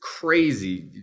crazy